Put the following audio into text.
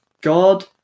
God